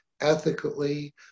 ethically